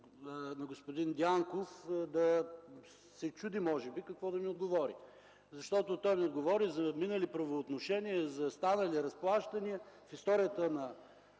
на господин Дянков да се чуди, може би, какво да ми отговори. Защото той ми отговори за минали правоотношения, за станали разплащания в историята на